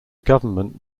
government